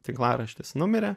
tinklaraštis numirė